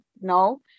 no